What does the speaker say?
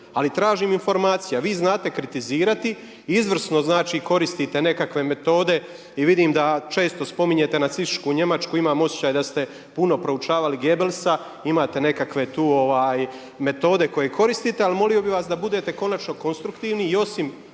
Ali tražim informacije. A vi znate kritizirati, izvrsno znači koristite nekakve metode i vidim da često spominjete nacističku Njemačku. Imam osjećaj da ste puno proučavali Goebbelsa, imate nekakve tu metode koje koristite. Ali molio bih vas da budete konačno konstruktivni i osim